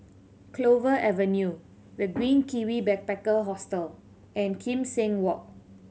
Clover Avenue The Green Kiwi Backpacker Hostel and Kim Seng Walk